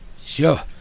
Sure